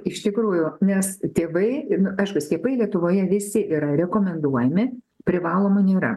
iš tikrųjų nes tėvai ir nu aišku skiepai lietuvoje visi yra rekomenduojami privaloma nėra